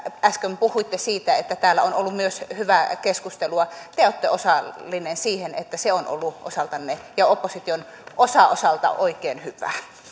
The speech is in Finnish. äsken puhuitte siitä että täällä on ollut myös hyvää keskustelua te olette osallinen siihen että se on ollut osaltanne ja osan opposition osalta oikein hyvää